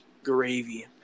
Gravy